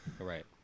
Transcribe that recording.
Right